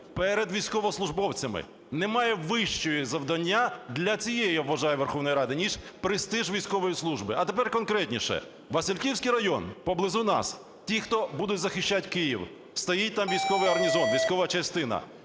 перед військовослужбовцями. Немає вищого завдання для цієї, я вважаю, Верховної Ради, ніж престиж військової служби. А тепер конкретніше. Васильківський район, поблизу нас, ті, хто буде захищати Київ. Стоїть там військовий гарнізон, військова частина: